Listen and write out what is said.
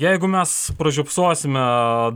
jeigu mes pražiopsosime